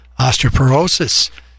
osteoporosis